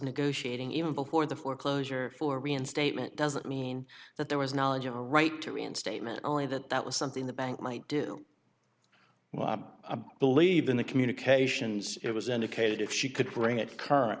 negotiating even before the foreclosure for reinstatement doesn't mean that there was knowledge of a right to reinstatement only that that was something the bank might do well i believe in the communications it was indicated if she could bring it current